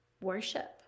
worship